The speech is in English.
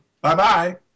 bye-bye